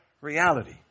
reality